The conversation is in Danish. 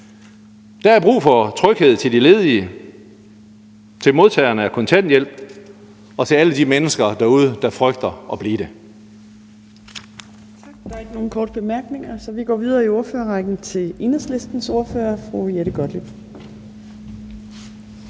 Der er brug for tryghed til de ledige, til modtagerne af kontanthjælp og til alle de mennesker derude, der frygter at blive det.